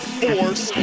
force